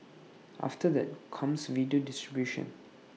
after that comes video distribution